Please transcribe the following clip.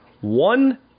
One